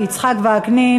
יצחק וקנין,